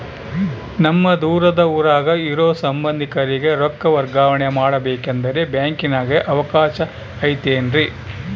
ನಮ್ಮ ದೂರದ ಊರಾಗ ಇರೋ ಸಂಬಂಧಿಕರಿಗೆ ರೊಕ್ಕ ವರ್ಗಾವಣೆ ಮಾಡಬೇಕೆಂದರೆ ಬ್ಯಾಂಕಿನಾಗೆ ಅವಕಾಶ ಐತೇನ್ರಿ?